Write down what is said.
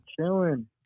chilling